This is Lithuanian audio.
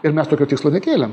ir mes tokio tikslo nekėlėm